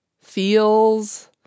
feels